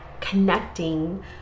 connecting